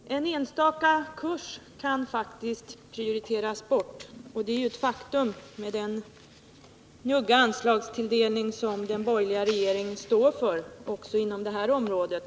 Herr talman! En enstaka kurs kan faktiskt prioriteras bort. Det är ett faktum att så sker med tanke på den njugga anslagstilldelning som den borgerliga regeringen står för också på detta område.